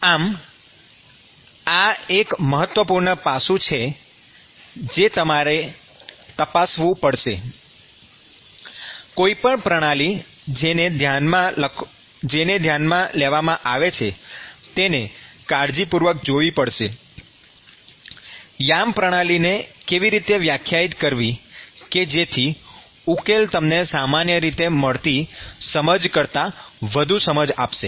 આમ આ એક મહત્વપૂર્ણ પાસું છે જે તમારે તપાસવું પડશે કોઈ પણ પ્રણાલી જેને ધ્યાનમાં લેવામાં આવે છે તેને કાળજીપૂર્વક જોવી પડશે કે યામ પ્રણાલીને કેવી રીતે વ્યાખ્યાયિત કરવી કે જેથી ઉકેલ તમને સામાન્ય રીતે મળતી સમજ કરતા વધુ સમજ આપશે